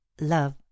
love